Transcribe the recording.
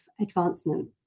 advancement